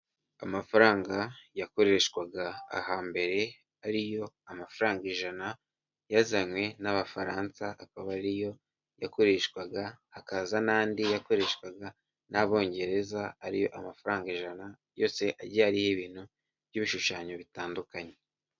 Amafaranga yakoreshwaga ahambere ariyo amafaranga ijana yazanywe n'abafaransa, akaba ariyo yakoreshwaga. Hakaza n'andi yakoreshwaga n'abongereza, ariyo amafaranga ijana; yose ajyiye ariho ibintu by'ibishushanyo bitandukanye.